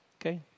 okay